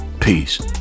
Peace